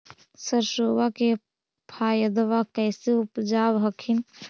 सरसोबा के पायदबा कैसे उपजाब हखिन?